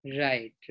Right